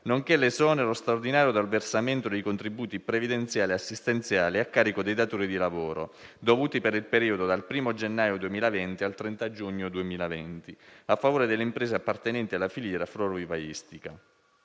nonché l'esonero straordinario dal versamento dei contributi previdenziali e assistenziali a carico dei datori di lavoro dovuti per il periodo dal 1° gennaio 2020 al 30 giugno 2020 a favore delle imprese appartenenti alla filiera florovivaistica.